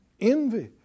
Envy